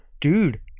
Dude